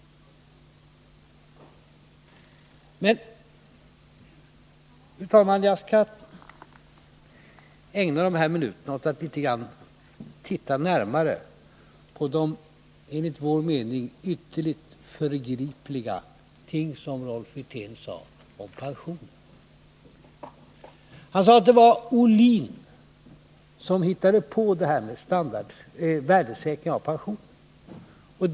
Men, fru talman, jag skall ägna de här minuterna åt att titta litet närmare på de enligt vår mening ytterligt förgripliga ting som Rolf Wirtén sade om pensionerna. Han sade att det var Ohlin som hittade på värdesäkringen av pensionerna.